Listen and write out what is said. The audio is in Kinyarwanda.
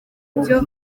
byo